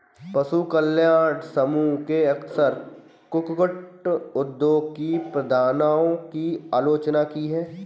पशु कल्याण समूहों ने अक्सर कुक्कुट उद्योग की प्रथाओं की आलोचना की है